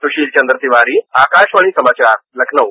सुशील चन्द्र तिवारी आकारावाणी समाचार लखनऊ